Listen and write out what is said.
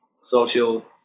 social